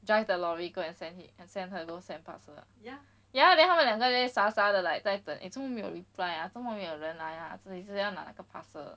drive the lorry go and send hi~ send her don't send parcel ya then 他们两个 leh 傻傻的 like 在等 eh 做么没有 reply ah 做么没有人来几时要哪个 parcel